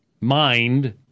mind